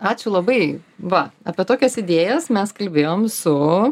ačiū labai va apie tokias idėjas mes kalbėjom su